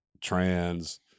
trans